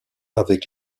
avec